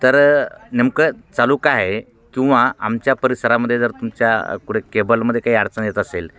तर नेमकं चालू काय आहे किंवा आमच्या परिसरामध्ये जर तुमच्या कुठे केबलमध्ये काही अडचण येत असेल